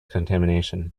contamination